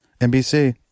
NBC